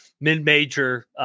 mid-major